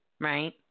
right